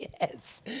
Yes